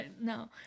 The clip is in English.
no